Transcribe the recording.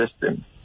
system